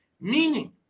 meaning